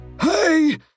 Hey